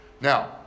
Now